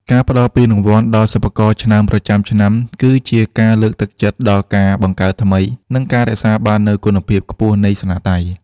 ការផ្ដល់ពានរង្វាន់ដល់សិប្បករឆ្នើមប្រចាំឆ្នាំ គឺជាការលើកទឹកចិត្តដល់ការបង្កើតថ្មី និងការរក្សាបាននូវគុណភាពខ្ពស់នៃស្នាដៃ។